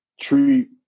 treat